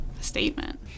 statement